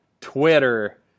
Twitter